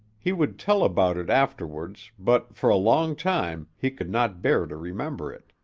he would tell about it afterwards, but, for a long time, he could not bear to remember it.